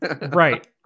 Right